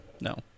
No